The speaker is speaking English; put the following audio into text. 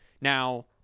Now